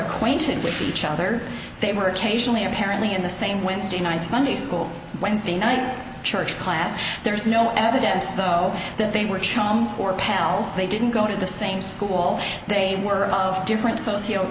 acquainted with each other they were occasionally apparently in the same wednesday night sunday school wednesday night church class there is no evidence though that they were chums or pals they didn't go to the same school they were of different socio